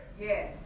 Yes